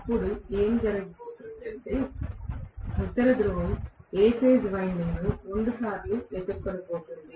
అప్పుడు జరగబోయేది ఏమిటంటే ఉత్తర ధ్రువం A ఫేజ్ వైండింగ్ ను రెండుసార్లు ఎదుర్కోబోతోంది